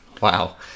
wow